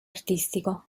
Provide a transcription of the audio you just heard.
artistico